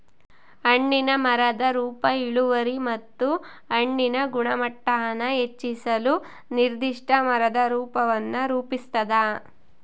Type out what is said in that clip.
ಹಣ್ಣಿನ ಮರದ ರೂಪ ಇಳುವರಿ ಮತ್ತು ಹಣ್ಣಿನ ಗುಣಮಟ್ಟಾನ ಹೆಚ್ಚಿಸಲು ನಿರ್ದಿಷ್ಟ ಮರದ ರೂಪವನ್ನು ರೂಪಿಸ್ತದ